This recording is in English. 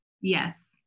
Yes